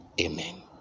Amen